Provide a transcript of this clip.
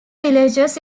villages